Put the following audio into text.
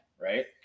right